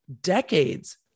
decades